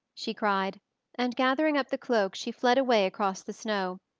she cried and gathering up the cloak she fled away across the snow,